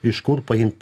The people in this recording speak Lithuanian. iš kur paimt